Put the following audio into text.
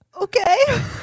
Okay